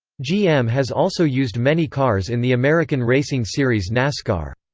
gm has also used many cars in the american racing series nascar.